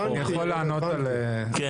אני יכול לענות על זה.